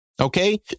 Okay